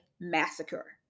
massacre